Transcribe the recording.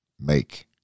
make